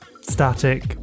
static